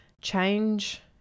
change